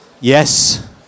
Yes